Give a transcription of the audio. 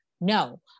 no